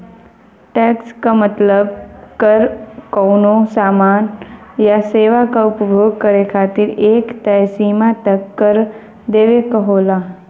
tax क मतलब कर कउनो सामान या सेवा क उपभोग करे खातिर एक तय सीमा तक कर देवे क होला